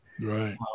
right